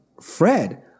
Fred